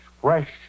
fresh